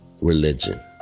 religion